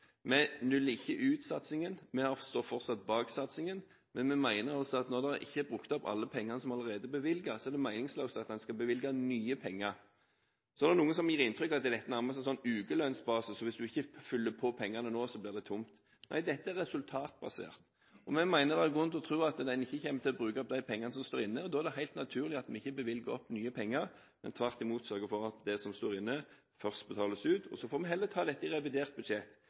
Vi nuller ikke ut satsingen – vi står fortsatt bak satsingen – men vi mener at når pengene som allerede er bevilget, ikke er brukt opp, er det meningsløst at en skal bevilge nye penger. Det er noen som har gitt inntrykk av at dette nærmest er på en slags ukelønnsbasis, slik at hvis du ikke fyller på pengene nå, blir det tomt. Nei, dette er resultatbasert. Vi mener det er grunn til å tro at en ikke kommer til å bruke opp de pengene som står inne. Da er det helt naturlig at vi ikke bevilger nye penger, men tvert imot sørger for at det som står inne, først betales ut. Så får vi heller ta dette i revidert budsjett.